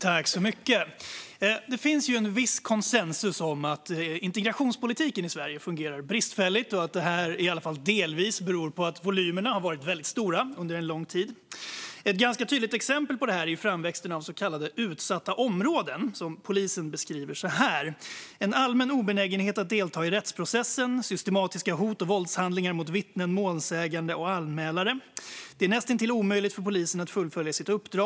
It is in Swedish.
Fru talman! Det råder viss konsensus om att integrationspolitiken i Sverige fungerar bristfälligt och att detta i alla fall delvis beror på att volymerna har varit väldigt stora under lång tid. Ett ganska tydligt exempel på detta är framväxten av så kallade utsatta områden, som polisen beskriver så här: De kännetecknas av en allmän obenägenhet att delta i rättsprocessen och av systematiska hot och våldshandlingar mot vittnen, målsägande och anmälare. Det är näst intill omöjligt för polisen att fullfölja sitt uppdrag.